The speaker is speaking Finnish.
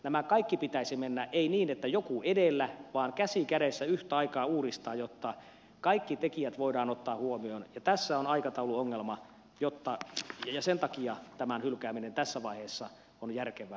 näiden kaikkien pitäisi mennä ei niin että joku edellä vaan käsi kädessä yhtä aikaa uudistaa jotta kaikki tekijät voidaan ottaa huomioon ja tässä on aikatauluongelma ja sen takia tämän hylkääminen tässä vaiheessa on järkevää